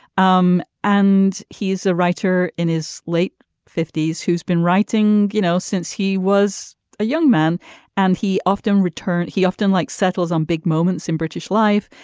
um and he is a writer in his late fifty s who's been writing you know since he was a young man and he often return he often like settles on big moments in british life.